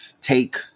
take